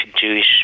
Jewish